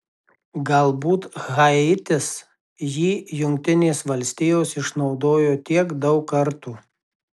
galbūt haitis jį jungtinės valstijos išnaudojo tiek daug kartų